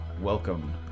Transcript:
Welcome